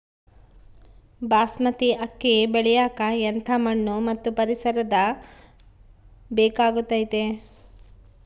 ಬಾಸ್ಮತಿ ಅಕ್ಕಿ ಬೆಳಿಯಕ ಎಂಥ ಮಣ್ಣು ಮತ್ತು ಪರಿಸರದ ಬೇಕಾಗುತೈತೆ?